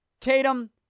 Tatum